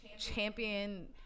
champion